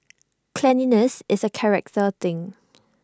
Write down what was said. cleanliness is A character thing